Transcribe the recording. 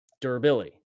Durability